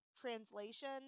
translation